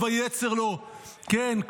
"ויצר לו" כן,